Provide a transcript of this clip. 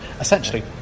Essentially